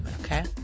okay